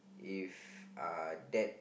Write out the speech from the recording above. if uh that if